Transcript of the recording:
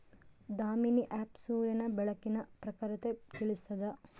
Damini app ಸೂರ್ಯನ ಬೆಳಕಿನ ಪ್ರಖರತೆ ತಿಳಿಸ್ತಾದ